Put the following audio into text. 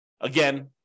Again